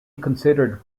considered